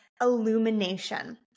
illumination